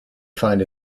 find